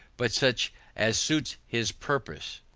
but such as suit his purpose.